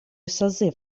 созыв